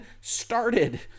started